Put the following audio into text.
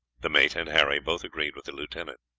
the mate and harry both agreed with the lieutenant.